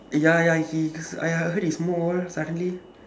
ya ya he cause I I heard it's more all suddenly